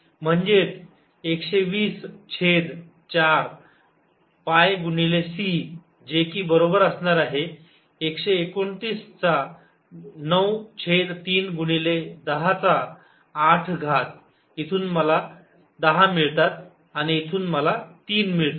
म्हणजेच 120 छेद 4 पाय गुणिले c जे की बरोबर असणार आहे 129 चा 9 छेद 3 गुणिले 10 चा 8 घात इथून मला 10 मिळतात आणि इथून मला 3 मिळतात